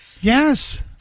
Yes